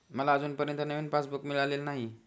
मला अजूनपर्यंत नवीन पासबुक मिळालेलं नाही